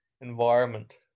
environment